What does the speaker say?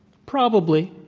probably.